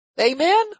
Amen